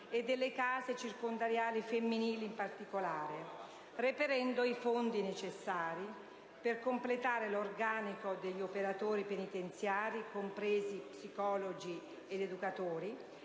e delle case circondariali femminili in particolare, reperendo i fondi necessari per completare l'organico degli operatori penitenziari, compresi psicologi ed educatori,